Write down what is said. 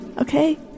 okay